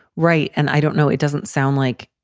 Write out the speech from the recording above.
right. and i don't know, it doesn't sound like